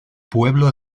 pueblo